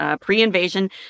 pre-invasion